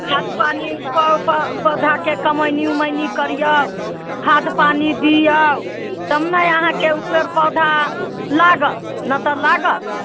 खाद पानि पौधाके कमैनी ओमैनी करियौ खाद पानि दियौ तब ने अहाँके ओ पेड़ पौधा लागत नहि तऽ लागत